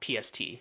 PST